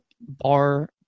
bar